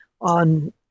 on